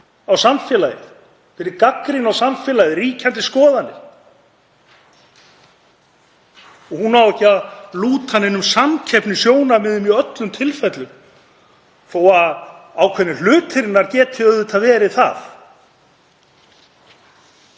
á samfélagið, sem gagnrýni á samfélagið og ríkjandi skoðanir. Hún á ekki að lúta neinum samkeppnissjónarmiðum í öllum tilfellum þó að ákveðnar hliðar hennar geti auðvitað verið það.